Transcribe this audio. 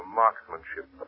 marksmanship